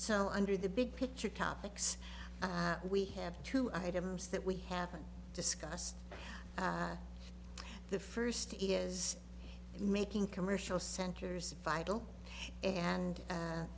so under the big picture topics we have two items that we haven't discussed the first is making commercial centers vital and